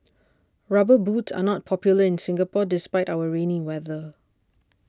rubber boots are not popular in Singapore despite our rainy weather